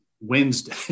Wednesday